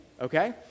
okay